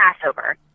Passover